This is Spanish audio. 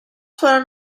fueron